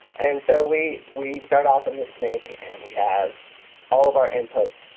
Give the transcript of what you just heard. and so we we start off on this snake and we have all of our inputs.